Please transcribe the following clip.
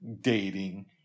dating